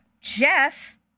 Jeff